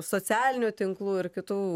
socialinių tinklų ir kitų